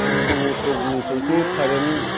फनद्र बसरनिफ्रायसो खारेन्ट